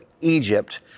Egypt